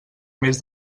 més